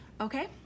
Okay